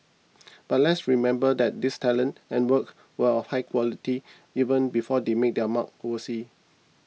but let's remember that these talents and work were of high quality even before they made their mark overseas